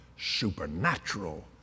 supernatural